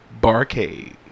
Barcade